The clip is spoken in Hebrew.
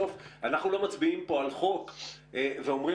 אנחנו מצביעים לא על חוק ואתם אומרים